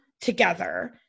together